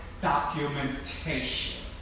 documentation